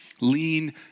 lean